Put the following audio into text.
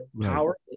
power